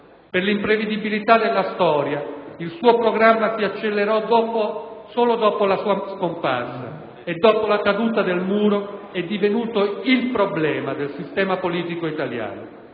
Per l'imprevedibilità della storia, il suo programma si accelerò solo dopo la sua scomparsa e, dopo la caduta del Muro, è divenuto il problema del sistema politico italiano.